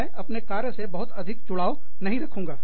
मैं अपने कार्य से बहुत अधिक जुड़ाव नहीं रखूंगा